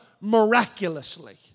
miraculously